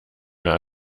mehr